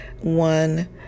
one